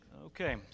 okay